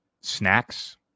Snacks